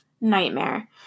nightmare